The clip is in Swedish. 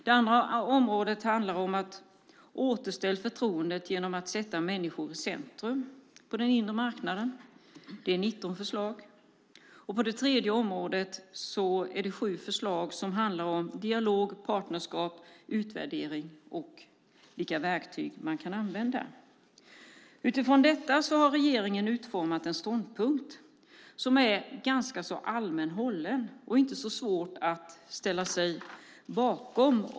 Det andra området handlar om att återställa förtroendet genom att sätta människor i centrum på den inre marknaden. Det är 19 förslag. På det tredje området finns det 7 förslag som handlar om dialog, partnerskap, utvärdering och vilka verktyg man kan använda. Utifrån detta har regeringen utformat en ståndpunkt som är ganska allmänt hållen och inte så svår att ställa sig bakom.